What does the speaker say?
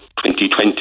2020